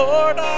Lord